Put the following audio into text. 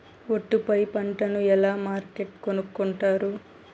ఒట్టు పై పంటను ఎలా మార్కెట్ కొనుక్కొంటారు?